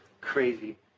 crazy